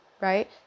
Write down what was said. right